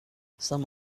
some